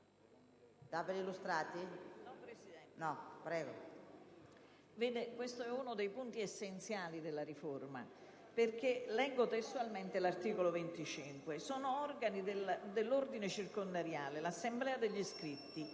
questo è uno dei punti essenziali della riforma. Leggo testualmente l'articolo 25: «1. Sono organi dell'ordine circondariale: *a)* l'assemblea degli iscritti;